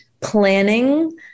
planning